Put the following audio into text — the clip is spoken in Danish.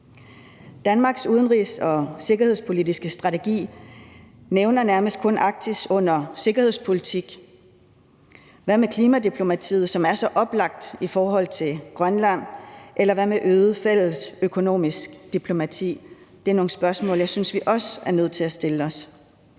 Danmarks udenrigs- og sikkerhedspolitiske strategi nævner nærmest kun Arktis under sikkerhedspolitik. Hvad med klimadiplomatiet, som er så oplagt i forhold til Grønland? Eller hvad med øget fælles økonomisk diplomati? Det er nogle spørgsmål, jeg synes vi også er nødt til at stille os.